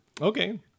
Okay